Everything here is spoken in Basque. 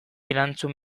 erantzun